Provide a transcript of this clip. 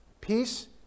Peace